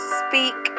speak